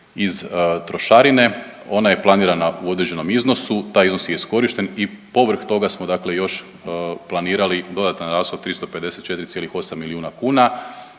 iz trošarine. Ona je planirana u određenom iznosu, taj iznos je iskorišten i povrh toga smo dakle još planirali dodatan rashod 354,8 milijuna kuna.